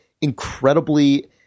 incredibly